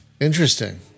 Interesting